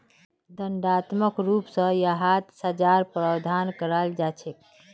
दण्डात्मक रूप स यहात सज़ार प्रावधान कराल जा छेक